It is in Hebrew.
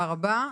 תודה רבה.